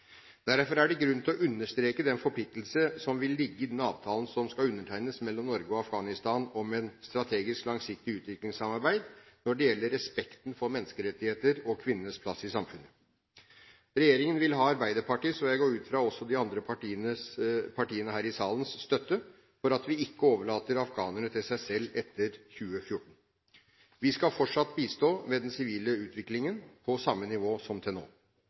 Derfor er det grunn til å understreke den forpliktelse som vil ligge i den avtalen som skal undertegnes mellom Norge og Afghanistan om et strategisk, langsiktig utviklingssamarbeid når det gjelder respekten for menneskerettigheter og kvinnenes plass i samfunnet. Regjeringen vil ha Arbeiderpartiets støtte – og jeg går ut fra, også støtte fra de andre partiene her i salen – til at vi ikke overlater afghanerne til seg selv etter 2014. Vi skal fortsatt bistå med den sivile utviklingen, på samme nivå som til nå.